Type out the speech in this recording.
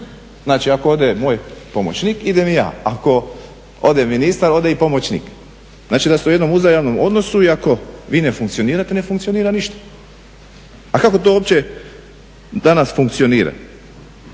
Znači ako ode moj pomoćnik idem i ja, ako ode ministar ode i pomoćnik. Znači da su u jednom uzajamnom odnosu i ako vi ne funkcionirate ne funkcionira ništa. A kako to uopće danas funkcionira?